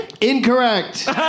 Incorrect